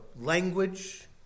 language